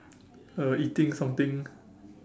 uh eating something